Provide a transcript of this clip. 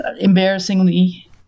embarrassingly